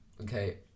Okay